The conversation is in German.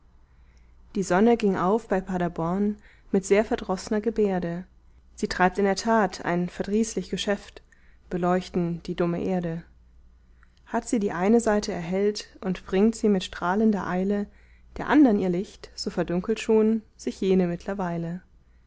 die sonne ging auf bei paderborn mit sehr verdroßner gebärde sie treibt in der tat ein verdrießlich geschäft beleuchten die dumme erde hat sie die eine seite erhellt und bringt sie mit strahlender eile der andern ihr licht so verdunkelt schon sich jene mittlerweile